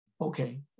okay